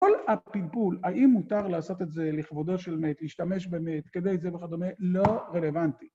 כל הפלפול, האם מותר לעשות את זה לכבודו של מת, להשתמש במת, כדי זה וכדומה, לא רלוונטי.